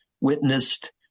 witnessed